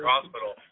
Hospital